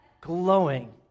glowing